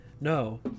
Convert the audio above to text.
No